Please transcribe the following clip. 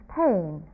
pain